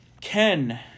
Ken